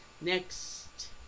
next